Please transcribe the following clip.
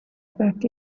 back